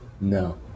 No